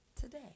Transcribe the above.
today